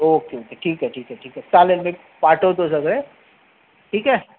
okay okay ठीक आहे ठीक आहे ठीक आहे चालेल मी पाठवतो सगळे ठीक आहे